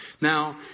Now